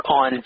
on